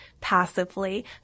passively